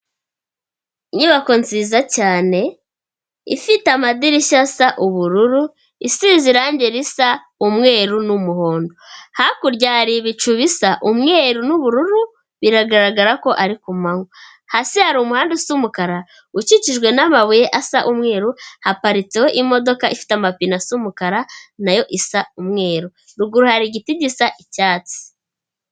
Inyubako nziza cyane ifite amadirishya asa ubururu, isize irangi risa umweru n'umuhondo, hakurya hari ibicu bisa umweru n'ubururu, biragaragara ko ari ku manywa, hasi hari umuhanda usa umukara ukikijwe n'amabuye asa umweru, haparitseho imodoka ifite amapine asa umukara nayo isa umweru, ruguru hari igiti gisa icyatsi.